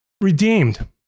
redeemed